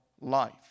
life